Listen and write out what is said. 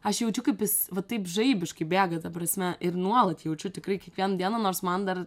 aš jaučiu kaip jis va taip žaibiškai bėga ta prasme ir nuolat jaučiu tikrai kiekvieną dieną nors man dar